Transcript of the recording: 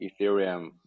Ethereum